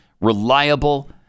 reliable